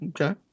okay